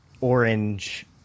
orange